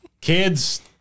Kids